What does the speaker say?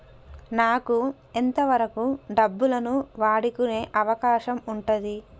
నాకు ఎంత వరకు డబ్బులను వాడుకునే అవకాశం ఉంటది?